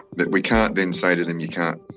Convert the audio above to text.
but we can't then say to them, you can't.